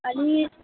आनी